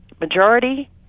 majority